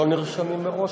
לא נרשמים מראש?